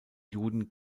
juden